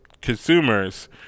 consumers